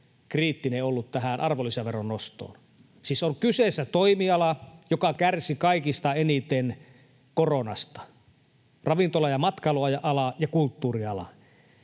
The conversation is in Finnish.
kriittinen ollut tähän arvonlisäveron nostoon. Siis on kyseessä toimiala, joka kärsi kaikista eniten koronasta: ravintola- ja matkailuala ja kulttuuriala.